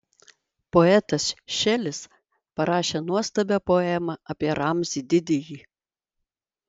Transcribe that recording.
poetas šelis parašė nuostabią poemą apie ramzį didįjį